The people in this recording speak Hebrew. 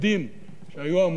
שהיו אמורים לשמש